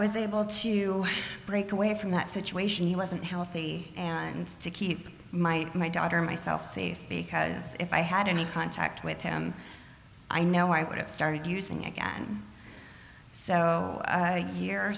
was able to break away from that situation he wasn't healthy and to keep my my daughter and myself safe because if i had any contact with him i know i would have started using again so